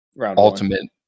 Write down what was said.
ultimate